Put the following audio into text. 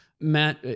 Matt